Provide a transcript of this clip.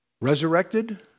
resurrected